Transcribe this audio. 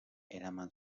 eraman